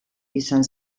izan